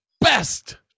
best